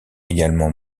également